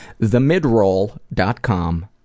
themidroll.com